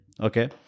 okay